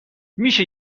میشه